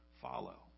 follow